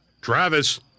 Travis